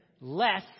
less